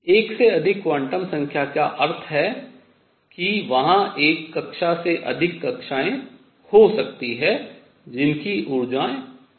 एक से अधिक क्वांटम संख्या का अर्थ है कि वहां एक कक्षा से अधिक कक्षाएँ हो सकती हैं जिनकी ऊर्जा समान है